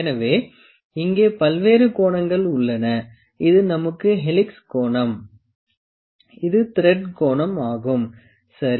எனவே இங்கே பல்வேறு கோணங்கள் உள்ளன இது நமக்கு ஹெலிக்ஸ் கோணம் இது த்ரெட் கோணம் ஆகும் சரி